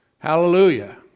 Hallelujah